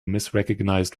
misrecognized